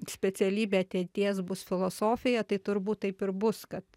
specialybė ateities bus filosofija tai turbūt taip ir bus kad